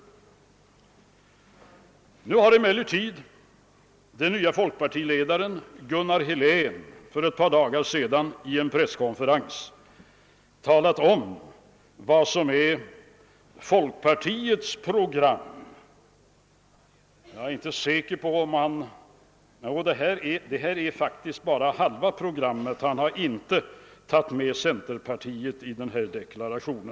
Nu har emellertid den nye folkpartiledaren Gunnar Helén i en presskonferens för ett par dagar sedan talat om vad som är folkpartiets program — det är bara halva mittenprogrammet; han har inte tagit med centerpartiet i denna deklaration.